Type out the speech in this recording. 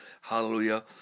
hallelujah